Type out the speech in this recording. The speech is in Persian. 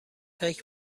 فکر